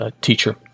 teacher